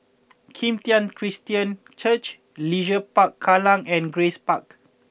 Kim Tian Christian Church Leisure Park Kallang and Grace Park